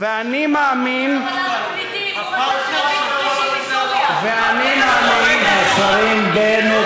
ואני מאמין פליטים מסוריה, השרים בנט